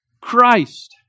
Christ